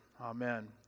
Amen